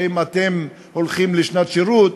אם אתם הולכים לשנת שירות,